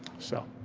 so,